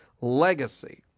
legacy